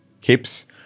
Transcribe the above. hips